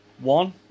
One